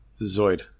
Zoid